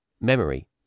memory